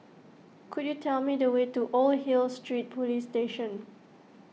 could you tell me the way to Old Hill Street Police Station